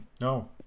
No